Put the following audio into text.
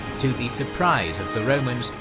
to the surprise of the romans,